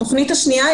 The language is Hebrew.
התוכנית השנייה,